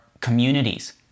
communities